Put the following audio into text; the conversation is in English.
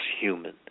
human